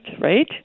right